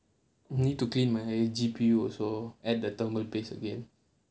need to clean my G_P_U and the thermal base again